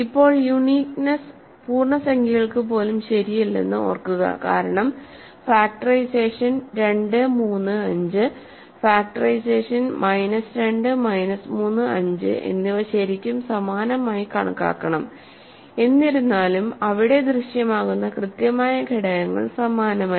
ഇപ്പോൾ യുണീക്നെസ്സ് പൂർണ്ണസംഖ്യകൾക്ക് പോലും ശരിയല്ലെന്ന് ഓർക്കുക കാരണം ഫാക്ടറൈസേഷൻ 2 3 5 ഫാക്ടറൈസേഷൻ മൈനസ് 2 മൈനസ് 3 5 എന്നിവ ശരിക്കും സമാനമായി കണക്കാക്കണം എന്നിരുന്നാലും അവിടെ ദൃശ്യമാകുന്ന കൃത്യമായ ഘടകങ്ങൾ സമാനമല്ല